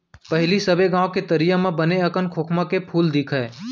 पहिली सबे गॉंव के तरिया म बने अकन खोखमा फूल दिखय